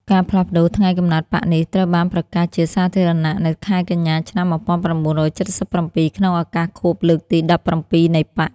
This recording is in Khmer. ការផ្លាស់ប្តូរថ្ងៃកំណើតបក្សនេះ ត្រូវបានប្រកាសជាសាធារណៈនៅខែកញ្ញា ឆ្នាំ១៩៧៧ ក្នុងឱកាសខួបលើកទី១៧ នៃបក្ស។